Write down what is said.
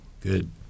Good